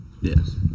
Yes